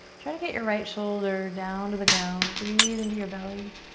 try to get your right shoulder down to the ground. breathe into your belly.